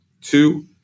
Two